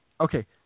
Okay